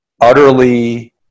utterly